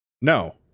No